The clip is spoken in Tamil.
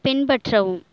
பின்பற்றவும்